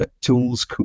tools